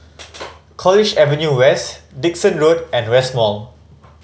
College Avenue West Dickson Road and West Mall